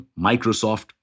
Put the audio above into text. Microsoft